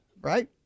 right